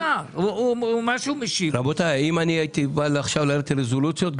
אם הייתי בא עכשיו ויורד לרזולוציות,